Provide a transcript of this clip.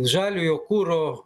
žaliojo kuro